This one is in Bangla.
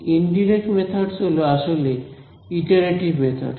ইনডিরেক্ট মেথডস হলে আসলে ইটারেটিভ মেথডস